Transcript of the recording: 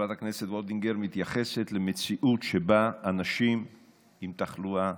שחברת הכנסת וולדיגר מתייחסת למציאות שבה אנשים עם תחלואה,